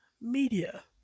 media